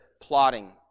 plotting